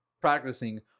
practicing